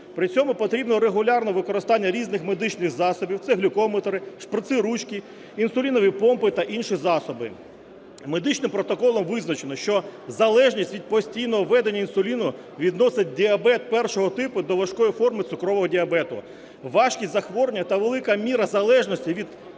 При цьому потрібне регулярне використання різних медичних засобів – це глюкометри, шприци-ручки, інсулінові помпи та інші засоби. Медичним протоколом визначено, що залежність від постійного введення інсуліну відносить діабет першого типу до важкої форми цукрового діабету. Важкість захворювання та велика міра залежності від сторонньої